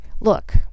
look